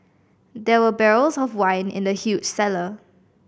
there were barrels of wine in the huge cellar